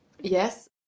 yes